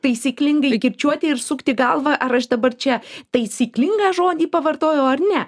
taisyklingai kirčiuoti ir sukti galvą ar aš dabar čia taisyklingą žodį pavartojau ar ne